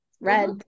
red